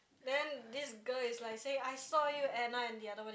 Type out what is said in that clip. then this girl is like say I saw you Anna and the other one